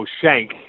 shank